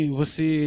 você